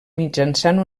mitjançant